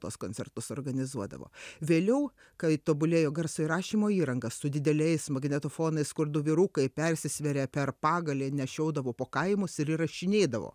tuos koncertus organizuodavo vėliau kai tobulėjo garso įrašymo įranga su dideliais magnetofonais kur du vyrukai persisvėrę per pagalį nešiodavo po kaimus ir įrašinėdavo